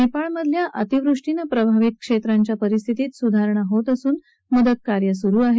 नेपाळमधल्या अतिवृष्टीनं प्रभावित क्षेत्रांच्या परिस्थितीत सुधारणा होत असून मदतकार्य सुरु आहे